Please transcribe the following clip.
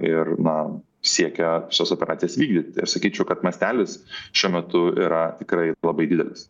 ir na siekia šitas operacijas vykdyti aš sakyčiau kad mastelis šiuo metu yra tikrai labai didelis